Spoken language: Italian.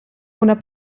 una